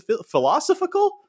philosophical